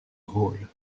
rôles